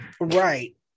Right